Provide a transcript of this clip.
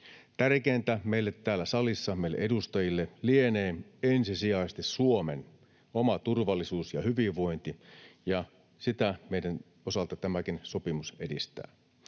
Tärkeintä meille täällä salissa, meille edustajille, lienee ensisijaisesti Suomen oma turvallisuus ja hyvinvointi, ja sitä meidän osalta tämäkin sopimus edistää.